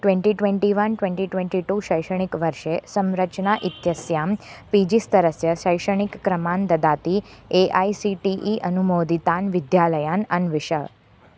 twenty twenty one twenty twenty two शैक्षणिकवर्षे संरचना इत्यस्यां पी जी स्तरस्य शैक्षणिकक्रमान् ददाति A I C T E अनुमोदितान् विद्यालयान् अन्विष